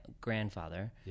grandfather